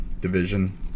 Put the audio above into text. Division